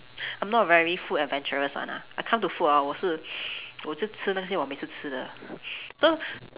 I'm not very food adventurous [one] ah I come to food hor 我是 我只吃那些我每次吃的 so